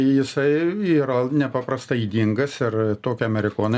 jisai yra nepaprastai ydingas ir tokią amerikona